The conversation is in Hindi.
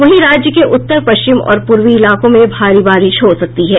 वहीं राज्य के उत्तर पश्चिम और पूर्वी इलाकों में भारी बारिश हो सकती है